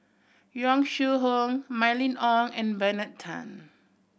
Yong Shu Hoong Mylene Ong and Bernard Tan